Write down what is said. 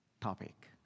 topic